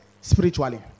spiritually